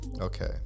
Okay